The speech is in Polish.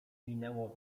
minęło